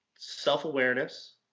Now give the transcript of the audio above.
self-awareness